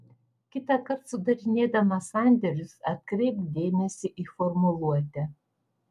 kitąkart sudarinėdamas sandėrius atkreipk dėmesį į formuluotę